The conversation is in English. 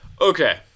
Okay